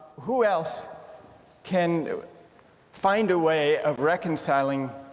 who else can find a way of reconciling